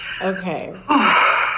okay